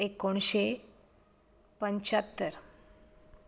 एकोणशें पंचात्तर